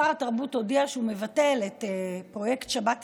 שר התרבות הודיע שהוא מבטל את פרויקט שבת ישראלית,